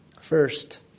First